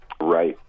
Right